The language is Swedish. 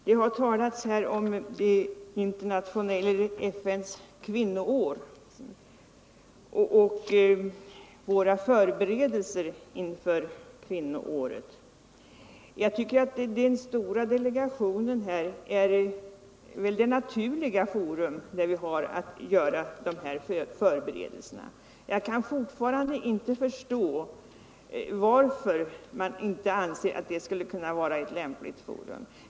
mellan män och Herr talman! Det har här talats om FN:s kvinnoår och våra förberedelser — kvinnor, m.m. inför det internationella kvinnoåret. Jag tycker att den stora delegationen för jämställdhet mellan män och kvinnor är det naturliga organet för dessa förberedelser, och jag kan fortfarande inte förstå varför man inte anser att den kan vara ett lämpligt forum.